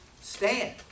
stand